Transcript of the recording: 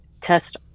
test